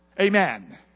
Amen